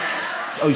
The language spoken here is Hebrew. רגע,